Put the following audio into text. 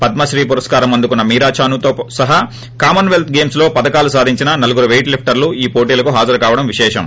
పద్మశ్రీ పురస్కారం అందుకున్న మీరాచానుతో సహా కామన్ పెల్త్ గేమ్ప్ లో పతకాలు సాధించిన నలుగురు పెయిట్ లిష్టర్లు ఈ పోటీలకు హాజరు కావడం విశేషం